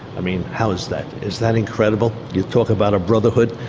i mean how is that? is that incredible? you talk about a brotherhood,